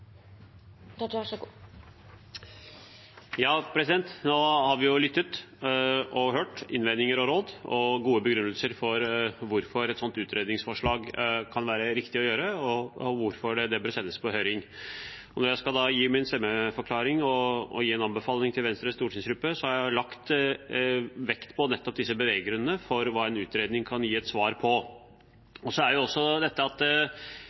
Nå har vi lyttet og hørt innvendinger og råd og gode begrunnelser for hvorfor et sånt utredningsforslag kan være riktig, og hvorfor det bør sendes på høring. Når jeg da skal gi min stemmeforklaring og gi en anbefaling til Venstres stortingsgruppe, har jeg lagt vekt på nettopp disse beveggrunnene for hva en utredning kan gi svar på.